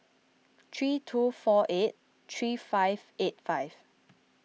three two four eight three five eight five